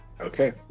Okay